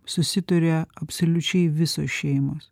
susiduria absoliučiai visos šeimos